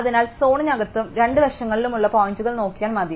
അതിനാൽ സോണിനകത്തും രണ്ട് വശങ്ങളിലുമുള്ള പോയിന്റുകൾ നോക്കിയാൽ മതി